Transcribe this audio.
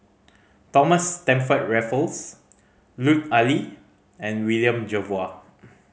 Thomas Stamford Raffles Lut Ali and William Jervois